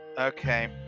Okay